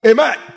Amen